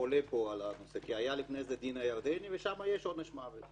עולה פה כי היה לפני זה הדין הירדני ושם יש עונש מוות.